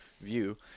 view